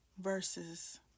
versus